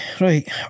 right